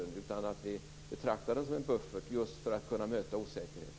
I stället skall vi betrakta det hela just som en buffert för att kunna möta osäkerheten.